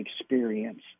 experience